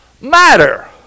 matter